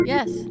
Yes